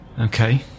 Okay